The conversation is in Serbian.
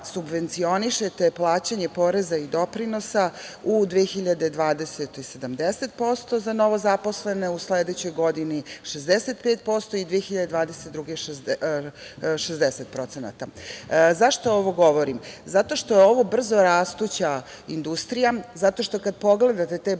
subvencionišete plaćanje poreza i doprinosa u 2020. godini 70% za novozaposlene, u sledećoj godini 65% i 2022. godine 60%.Zašto ovo govorim? Zato što je ovo brzo rastuća industrija i zato što kad pogledate te blokčejn